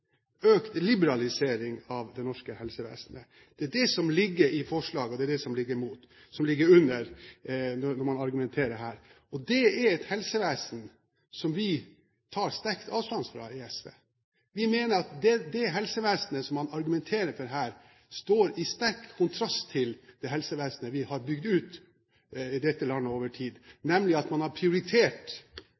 økt privatisering og økt liberalisering av det norske helsevesenet. Det er det som ligger i forslaget, og som ligger under når man argumenterer her. Det er et helsevesen som vi i SV tar sterk avstand fra. Vi mener at det helsevesenet som man argumenterer for her, står i sterk kontrast til det helsevesenet vi har bygd ut i dette landet over tid, og der man har prioritert